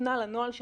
מפנה לנוהל של